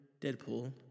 deadpool